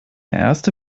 erste